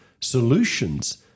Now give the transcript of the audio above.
solutions